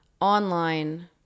online